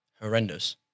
Horrendous